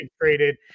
traded